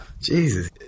Jesus